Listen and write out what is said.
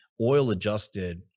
oil-adjusted